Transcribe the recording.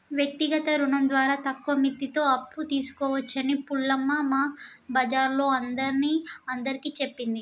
వ్యక్తిగత రుణం ద్వారా తక్కువ మిత్తితో అప్పు తీసుకోవచ్చని పూలమ్మ మా బజారోల్లందరిని అందరికీ చెప్పింది